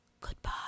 goodbye